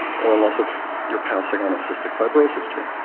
or, unless if you're passing on a cystic fibrosis gene,